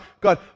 God